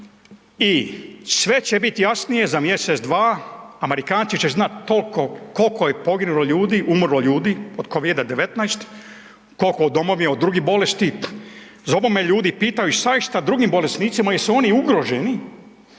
i sve će biti jasnije za mjesec, dva, Amerikanci će znati koliko je poginulo ljudi, umrlo ljudi od Covida-19, koliko od …/nerazumljivo/… od drugih bolesti. Zovu me ljudi i pitaju šta je sa drugim bolesnicima jesu oni ugroženi?